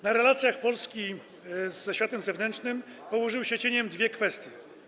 Na relacjach Polski ze światem zewnętrznym położyły się cieniem dwie kwestie.